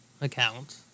account